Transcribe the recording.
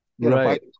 Right